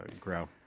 grow